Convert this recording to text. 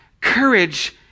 courage